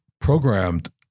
programmed